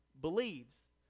believes